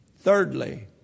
Thirdly